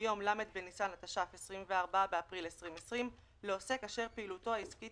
מיום ל' בניסן התש"ף (24 באפריל 2020) לעוסק אשר פעילותו העסקית